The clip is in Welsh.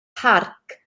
parc